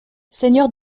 seigneurs